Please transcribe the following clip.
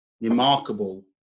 remarkable